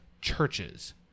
churches